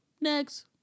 Next